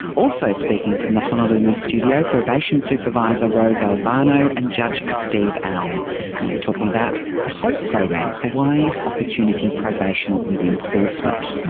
also speaking from the honolulu studio, probation supervisor rose albano, and judge steve alm. and they were talking about the hope program, hawaii's opportunity probation with enforcement.